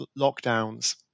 lockdowns